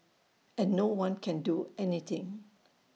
and no one can do anything